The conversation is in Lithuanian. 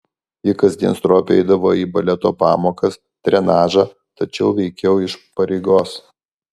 ji kasdien stropiai eidavo į baleto pamokas trenažą tačiau veikiau iš pareigos